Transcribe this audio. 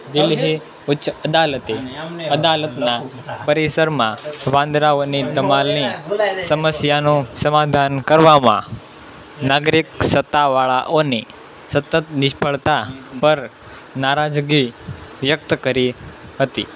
દિલ્હી ઉચ્ચ અદાલતે અદાલતનાં પરિસરમાં વાંદરાઓની ધમાલની સમસ્યાનું સમાધાન કરવામાં નાગરિક સત્તાવાળાઓની સતત નિષ્ફળતા પર નારાજગી વ્યક્ત કરી હતી